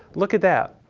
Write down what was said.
look at that.